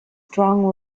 strong